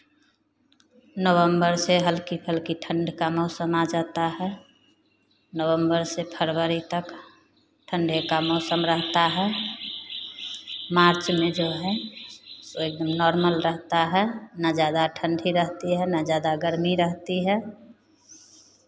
नवंबर से हल्की हल्की ठंड का मौसम आ जाता है नवंबर से फरवरी तक ठंडे का मौसम रहता है मार्च में जो है सो एकदम नॉर्मल रहता है ना ज़्यादा ठंडी रहती है ना ज़्यादा गर्मी रहती है